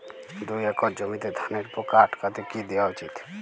দুই একর জমিতে ধানের পোকা আটকাতে কি দেওয়া উচিৎ?